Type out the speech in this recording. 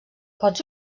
pots